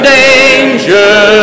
danger